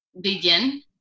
begin